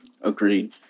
agreed